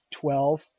Twelve